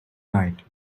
night